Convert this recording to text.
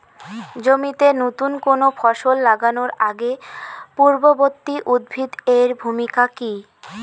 জমিতে নুতন কোনো ফসল লাগানোর আগে পূর্ববর্তী উদ্ভিদ এর ভূমিকা কি?